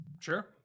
Sure